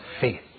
faith